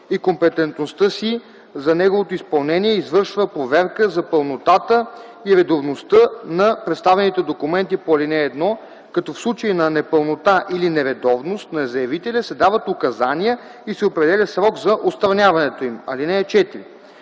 и компетентността си за неговото изпълнение и извършва проверка за пълнотата и редовността на представените документи по ал. 1, като в случай на непълнота или нередовност на заявителя се дават указания и се определя срок за отстраняването им. (4)